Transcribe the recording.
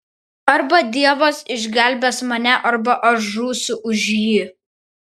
arba dievas išgelbės mane arba aš žūsiu už jį